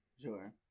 sure